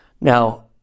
Now